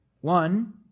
One